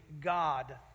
God